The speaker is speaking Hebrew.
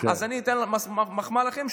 אז אני אתן מחמאה לכם,